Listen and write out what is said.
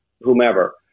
whomever